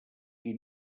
qui